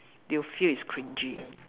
they will feel it's cringey